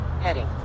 Heading